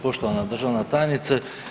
Poštovana državna tajnice.